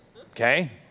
Okay